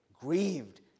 grieved